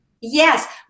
Yes